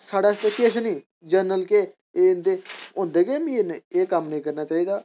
साढ़े आस्तै किश निं जनरल केह् होंदे गै मीर न एह् कम्म नेईं करना चाहिदा